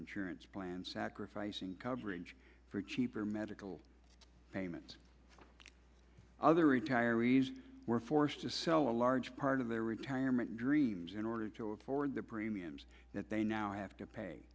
insurance plan sacrificing coverage for cheaper medical payments other retirees were forced to sell a large part of their retirement dreams in order to afford the premiums that they now have to pay